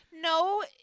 No